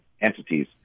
entities